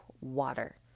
water